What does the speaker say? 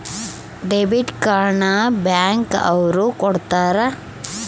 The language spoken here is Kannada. ಡೆಬಿಟ್ ಕಾರ್ಡ್ ನ ಬ್ಯಾಂಕ್ ಅವ್ರು ಕೊಡ್ತಾರ